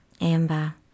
Amber